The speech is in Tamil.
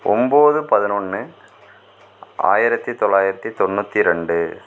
ஒம்பது பதினொன்று ஆயிரத்தி தொள்ளாயிரத்தி தொண்ணூற்றி ரெண்டு